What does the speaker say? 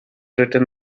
written